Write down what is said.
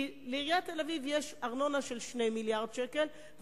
לעיריית תל-אביב יש ארנונה של 2 מיליארדי שקלים,